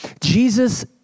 Jesus